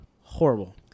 Horrible